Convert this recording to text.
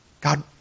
God